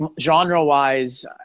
genre-wise